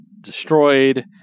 destroyed